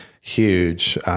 huge